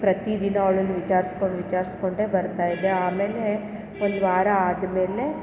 ಪ್ರತಿ ದಿನ ಅವಳನ್ನು ವಿಚಾರಿಸ್ಕೊಂಡು ವಿಚಾರಿಸ್ಕೊಂಡೆ ಬರ್ತಾ ಇದ್ದೆ ಆಮೇಲೆ ಒಂದು ವಾರ ಆದ್ಮೇಲೆ